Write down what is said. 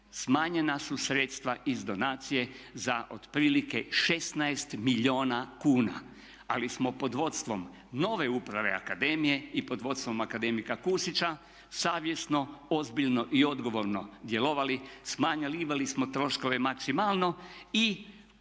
smanjena su sredstva iz donacije za otprilike 16 milijuna kuna. Ali smo pod vodstvom nove uprave akademije i pod vodstvom akademika Kusića savjesno, ozbiljno i odgovorno djelovali. Smanjivali smo troškove maksimalno i na